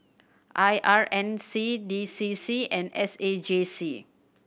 I R N C D C C and S A J C